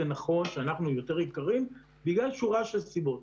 זה נכון שאנחנו יותר יקרים בגלל שורת סיבות: